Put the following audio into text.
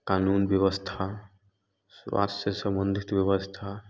कानून व्यवस्था स्वास्थ्य से संबंधित व्यवस्था